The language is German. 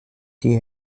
die